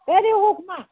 کٔرِو حُکم